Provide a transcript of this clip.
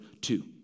two